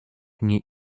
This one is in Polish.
nie